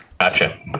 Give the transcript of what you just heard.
Gotcha